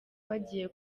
bagiye